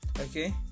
Okay